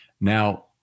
Now